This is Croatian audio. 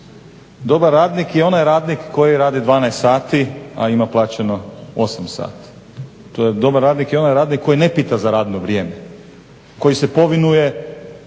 Dobar radnik je onaj radnik koji radi 12 sati, a ima plaćeno 8 sati. Dobar radnik je onaj radnik koji ne pita za radno vrijeme, koji se povinuje